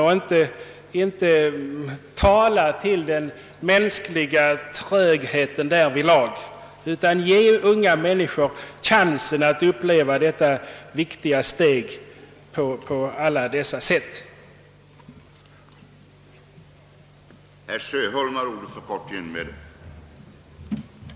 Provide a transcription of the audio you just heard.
Vi bör inte godta den mänskliga trögheten därvidlag, utan ge unga människor möjlighet att uppleva detta viktiga steg som någonting väsentligt i livet.